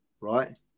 right